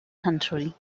country